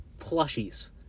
plushies